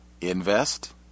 Invest